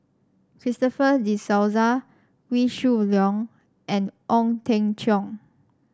Christopher De Souza Wee Shoo Leong and Ong Teng Cheong